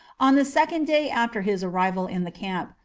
on the second day after his arrival in the camp,